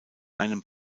einem